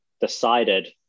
decided